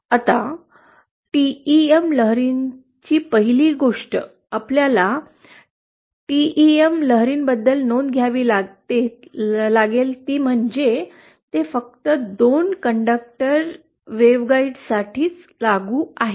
आता टेम लहरींची पहिली गोष्ट आपल्याला टेम लहरींबद्दल नोंद घ्यावी लागेल ती म्हणजे ते फक्त 2 कंडक्टर वेव्हगाईड्ससाठी लागू आहेत